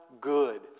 good